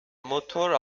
motor